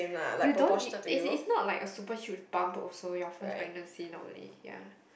you don't you as in it's it's not like a super huge bump also your first pregnancy normally ya